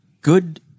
Good